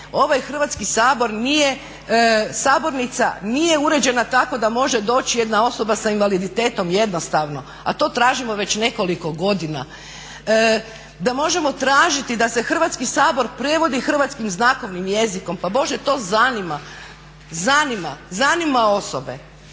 sabor nije, sabornica nije uređena tako da može doći jedna osoba sa invaliditetom jednostavno, a to tražimo već nekoliko godina. Da možemo tražiti da se Hrvatski sabor prevodi hrvatskim znakovnim jezikom. Pa Bože to zanima, zanima osobe.